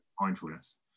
mindfulness